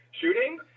shooting